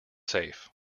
safe